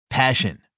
Passion